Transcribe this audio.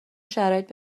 شرایط